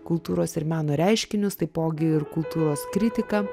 kultūros ir meno reiškinius taipogi ir kultūros kritiką